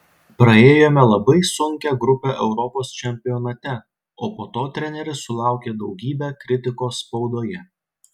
praėjome labai sunkią grupę europos čempionate o po to treneris sulaukė daugybę kritikos spaudoje